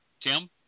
Tim